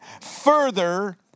Further